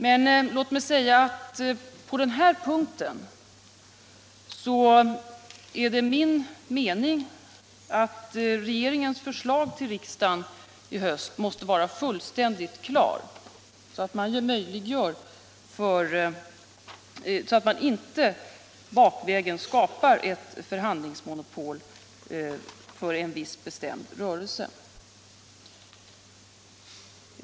Men låt mig säga att på denna punkt är det min mening att regeringens förslag till riksdagen i höst måste vara fullständigt klart, så att man inte bakvägen skapar ett förhandlingsmonopol för en viss bestämd rörelse.